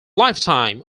lifetime